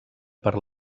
per